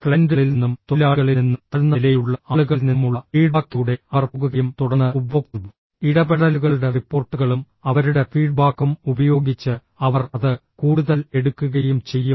ക്ലയന്റുകളിൽ നിന്നും തൊഴിലാളികളിൽ നിന്നും താഴ്ന്ന നിലയിലുള്ള ആളുകളിൽ നിന്നുമുള്ള ഫീഡ്ബാക്കിലൂടെ അവർ പോകുകയും തുടർന്ന് ഉപഭോക്തൃ ഇടപെടലുകളുടെ റിപ്പോർട്ടുകളും അവരുടെ ഫീഡ്ബാക്കും ഉപയോഗിച്ച് അവർ അത് കൂടുതൽ എടുക്കുകയും ചെയ്യും